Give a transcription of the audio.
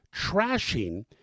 trashing